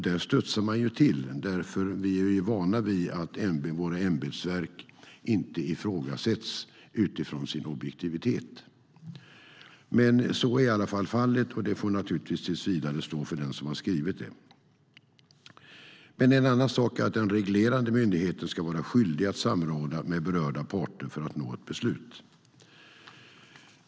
Där studsar man till, för vi är ju vana vid att våra ämbetsverk inte ifrågasätts utifrån sin objektivitet. Men så är i alla fall fallet, och det får naturligtvis tills vidare stå för den som har skrivit det. En annan sak är att den reglerande myndigheten ska vara skyldig att samråda med berörda parter för att nå ett beslut.